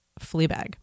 fleabag